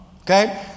Okay